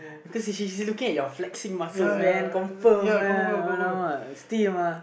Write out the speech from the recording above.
because she she looking at your flexing muscles man confirmed lah steam uh